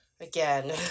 again